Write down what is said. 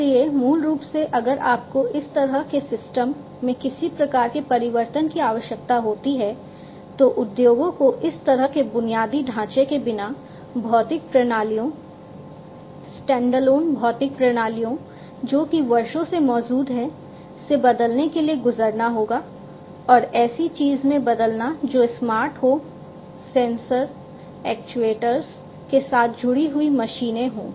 इसलिए मूल रूप से अगर आपको इस तरह के सिस्टम में किसी प्रकार के परिवर्तन की आवश्यकता होती है तो उद्योगों को इस तरह के बुनियादी ढांचे के बिना भौतिक प्रणालियों स्टैंडअलोन भौतिक प्रणालियों जो कि वर्षों से मौजूद है से बदलने के लिए गुजरना होगा और ऐसी चीज़ में बदलना जो स्मार्ट हो सेंसर एक्ट्यूएटर्स के साथ जुड़ी हुई मशीनें हो